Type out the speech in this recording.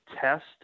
test